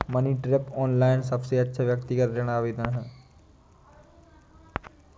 money Tap, online सबसे अच्छा व्यक्तिगत ऋण आवेदन है